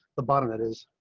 the bottom that is